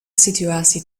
situatie